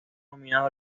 nominado